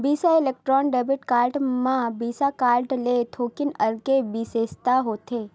बिसा electron debit card म Visa card ले थोकिन अलगे बिसेसता होथे